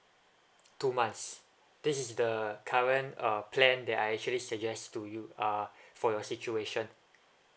two months this is the current uh plan that I actually suggest to you uh for your situation